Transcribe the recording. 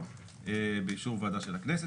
קינלי ביקש.